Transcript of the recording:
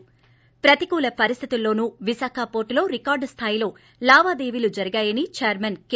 ి ప్రతికూల పరిస్థితులలోనూ విశాఖ పోర్టులో రికార్డు స్థాయిలో లావాదేవీలు జరిగాయని చైర్మన్ కె